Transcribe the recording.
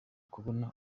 kubona